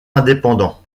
indépendant